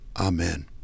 Amen